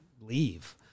leave